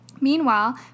Meanwhile